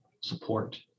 support